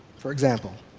for example,